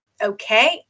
okay